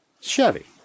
Chevy